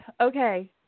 Okay